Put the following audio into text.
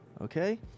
Okay